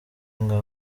nka